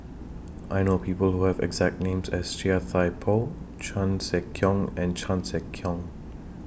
I know People Who Have The exact name as Chia Thye Poh Chan Sek Keong and Chan Sek Keong